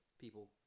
people